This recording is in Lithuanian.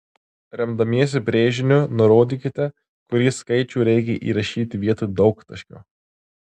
remdamiesi brėžiniu nurodykite kurį skaičių reikia įrašyti vietoj daugtaškio